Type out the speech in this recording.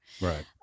Right